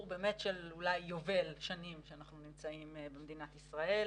של אולי יובל שנים שאנחנו במדינת ישראל.